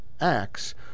Acts